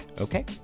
Okay